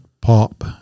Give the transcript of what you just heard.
pop